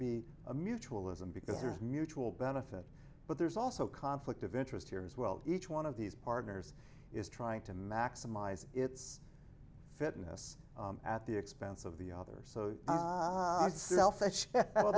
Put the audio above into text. be a mutual isn't because there's mutual benefit but there's also conflict of interest here as well each one of these partners is trying to maximize its fitness at the expense of the other so